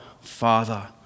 Father